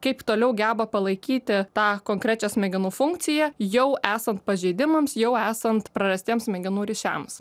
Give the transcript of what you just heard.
kaip toliau geba palaikyti tą konkrečią smegenų funkciją jau esant pažeidimams jau esant prarastiems smegenų ryšiams